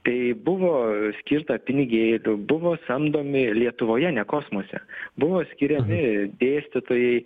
kai buvo skirta pinigėlių buvo samdomi lietuvoje ne kosmose buvo skiriami dėstytojai